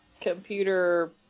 computer